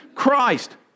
Christ